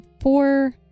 four